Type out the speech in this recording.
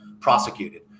prosecuted